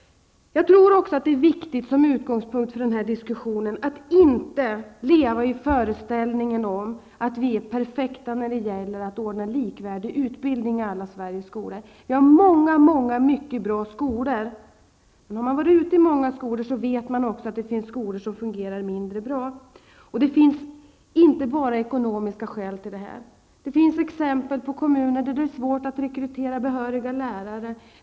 Som utgångspunkt för den här diskussionen är viktigt att inte leva i föreställningen att vi är perfekta när det gäller att ordna en likvärdig utbildning i alla Sveriges skolor. Vi har många mycket bra skolor, men om man har varit ute i många skolor vet man också att det finns skolor som fungerar mindre bra. Det finns inte bara ekonomiska skäl till detta. Det finns exempel på kommuner där det är svårt att rekrytera behöriga lärare.